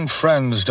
friends